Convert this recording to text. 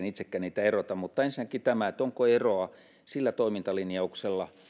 itsekään niitä erota ensinnäkin tämä että onko eroa sillä toimintalinjauksella